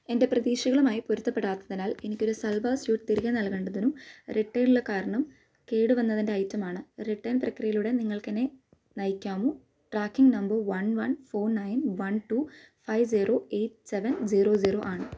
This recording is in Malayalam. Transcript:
എൻ്റെ പ്രതീക്ഷകളുമായി പൊരുത്തപ്പെടാത്തതിനാൽ എനിക്ക് ഒരു സൽവാർ സ്യൂട്ട് തിരികെ നൽകേണ്ടതിനും റിട്ടേണിനുള്ള കാരണം കേടുവന്ന ഐറ്റം ആണ് റിട്ടേൺ പ്രക്രിയയിലൂടെ നിങ്ങൾക്ക് എന്നെ നയിക്കാമോ tracking number one one four nine one two five zero eight seven zero zero ആണ്